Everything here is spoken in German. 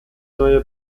neue